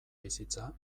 bizitza